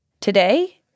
Today